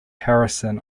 harrison